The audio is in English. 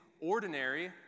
ordinary